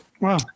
wow